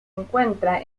encuentra